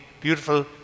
beautiful